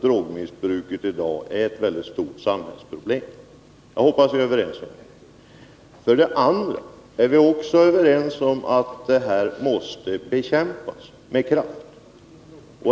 drogmissbruket är ett väldigt stort samhällsproblem som måste bekämpas med kraft.